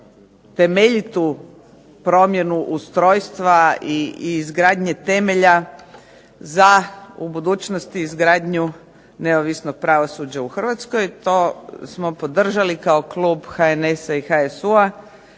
temeljitu promjenu ustrojstva i izgradnje temelja za u budućnosti izgradnju neovisnog pravosuđa u Hrvatskoj. To smo podržali kao klub HNS-a i HSU-a